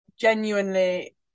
genuinely